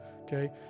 okay